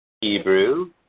Hebrew